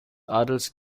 adels